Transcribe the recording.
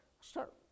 start